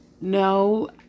no